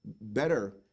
better